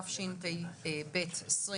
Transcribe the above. התשפ"ב-2021.